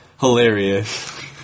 hilarious